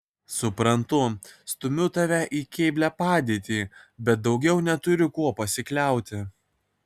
suprantu stumiu tave į keblią padėtį bet daugiau neturiu kuo pasikliauti